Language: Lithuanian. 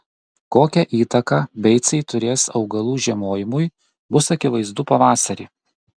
kokią įtaką beicai turės augalų žiemojimui bus akivaizdu pavasarį